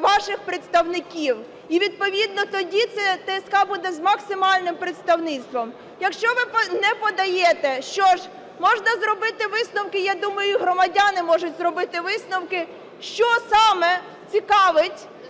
ваших представників. І відповідно тоді це ТСК буде з максимальним представництвом. Якщо ви не подаєте, що ж, можна зробити висновки, я думаю, громадяни можуть зробити висновки, що саме цікавить